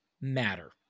matter